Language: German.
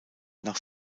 nach